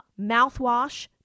mouthwash